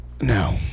No